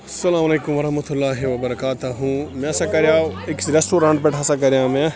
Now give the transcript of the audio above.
اسلام علیکم ورحمتہ اللہ وبرکاتہ مےٚ ہَسا کَریو أکِس رٮ۪سٹورٹ پٮ۪ٹھ ہسا کریو مےٚ